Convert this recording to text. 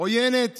עוינת